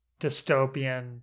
dystopian